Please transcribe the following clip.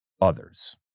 others